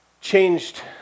changed